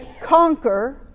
conquer